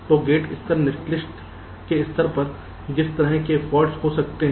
तो गेट स्तर नेटलिस्ट के स्तर पर किस तरह के फाल्ट हो सकते हैं